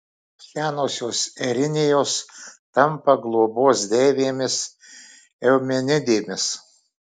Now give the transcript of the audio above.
senosios erinijos tampa globos deivėmis eumenidėmis